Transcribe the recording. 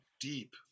deep